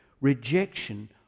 rejection